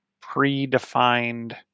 predefined